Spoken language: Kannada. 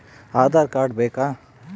ಆಧಾರ್ ಕಾರ್ಡ್ ಬೇಕಾ?